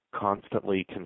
constantly